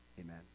Amen